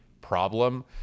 problem